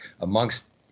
amongst